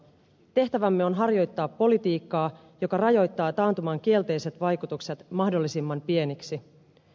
tehtävämme on harjoittaa politiikkaa joka rajoittaa taantuman kielteiset vaikutukset mahdollisimman pieniksi